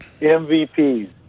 MVPs